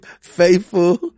faithful